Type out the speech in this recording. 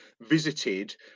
visited